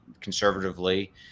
conservatively